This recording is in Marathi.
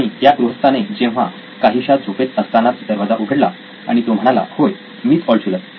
आणि या गृहस्थाने जेव्हा काहीशा झोपेत असतानाच दरवाजा उघडला आणि तो म्हणाला होय मीच ऑल्टशुलर